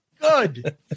Good